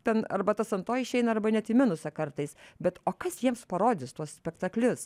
ten arba tas ant to išeina arba net į minusą kartais bet o kas jiems parodys tuos spektaklius